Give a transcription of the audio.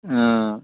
অঁ